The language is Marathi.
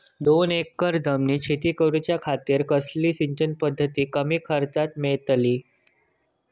दोन एकर जमिनीत शेती करूच्या खातीर कसली सिंचन पध्दत कमी खर्चात मेलतली?